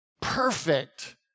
perfect